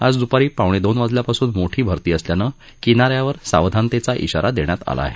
आज दुपारी पावणे दोन पासून मोठी भरती असल्यानं किनाऱ्यावर सावधानतेचा इशारा देण्यात आला आहे